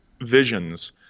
visions